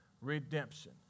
redemption